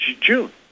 June